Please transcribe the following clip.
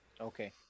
okay